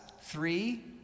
three